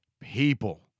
people